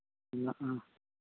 ᱢᱮᱱᱟᱜᱼᱟ